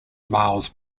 miles